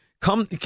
come